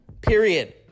Period